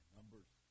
Numbers